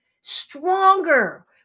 stronger